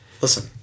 Listen